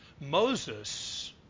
Moses